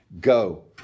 Go